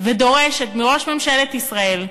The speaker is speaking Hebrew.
ודורשת מראש ממשלת ישראל,